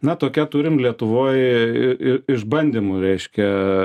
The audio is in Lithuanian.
na tokia turim lietuvoj i i išbandymų reiškia